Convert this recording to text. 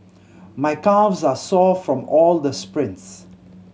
my calves are sore from all the sprints